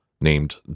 named